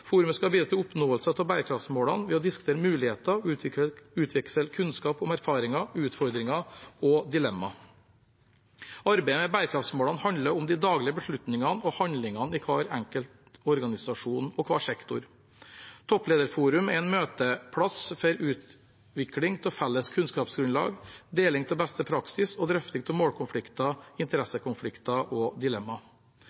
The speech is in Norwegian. Forumet skal bidra til bedre oppnåelse av bærekraftsmålene ved å diskutere muligheter og utveksle kunnskap om erfaringer, utfordringer og dilemmar. Arbeidet med bærekraftsmålene handler om de daglige beslutningene og handlingene i hver enkelt organisasjon og hver sektor. Topplederforum er en møteplass for utvikling av felles kunnskapsgrunnlag, deling av beste praksis og drøfting av målkonflikter,